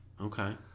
Okay